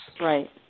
Right